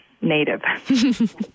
native